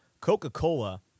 Coca-Cola